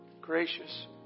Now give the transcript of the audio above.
gracious